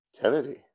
Kennedy